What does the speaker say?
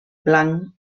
blanc